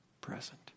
present